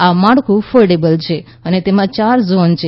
આ માળખું ફોલ્ડેબલ છે અને તેમાં ચાર ઝોન છે